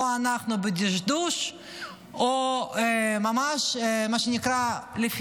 או שאנחנו בדשדוש,